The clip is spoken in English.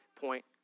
point